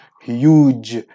huge